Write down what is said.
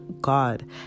God